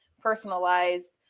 Personalized